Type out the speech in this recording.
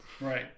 Right